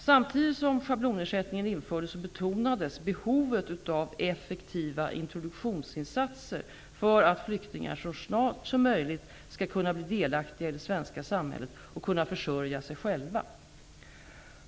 Samtidigt som schablonersättningen infördes betonades behovet av effektiva introduktionsinsatser för att flyktingar så fort som möjligt skall kunna bli delaktiga i det svenska samhället och kunna försörja sig själva.